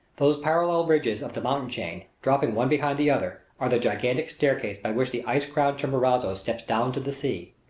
those parallel ridges of the mountain chain, dropping one behind the other, are the gigantic staircase by which the ice-crowned chimborazo steps down to the sea.